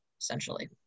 essentially